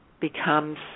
Becomes